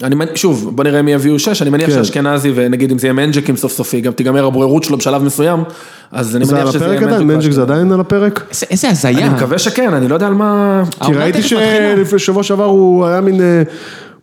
אני אומר שוב, בואו נראה אם יביאו שש, יכול אני מניח שאשכנזי ונגיד אם זה יהיה מנג'ק עם סוף סופי, גם תיגמר הבוררות שלו בשלב מסוים, אז אני מניח שזה יהיה מנג'ק. זה על הפרק עדיין, מנג'ק זה עדיין על הפרק? איזה הזיה. אני מקווה שכן, אני לא יודע על מה... כי ראיתי שלפני שבוע שעבר הוא היה מן...